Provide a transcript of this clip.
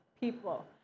people